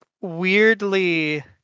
weirdly